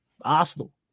Arsenal